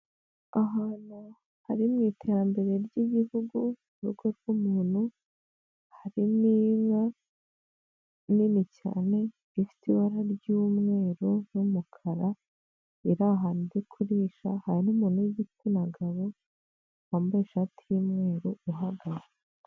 Ahantu hari mu iterambere ry'Igihugu mu rugo rw'umuntu harimo inka nini cyane ifite ibara ry'umweru n'umukara iri ahantu iri kurisha, hari n'umuntu w'igitsina gabo wambaye ishati y'umweru uhagaze.